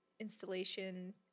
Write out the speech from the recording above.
installation